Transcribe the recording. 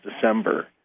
December